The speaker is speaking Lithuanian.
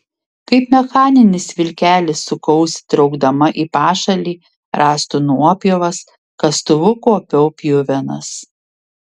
kaip mechaninis vilkelis sukausi traukdama į pašalį rąstų nuopjovas kastuvu kuopiau pjuvenas